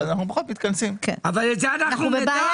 ואנחנו פחות מתכנסים.